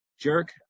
jerk